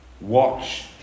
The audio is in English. watch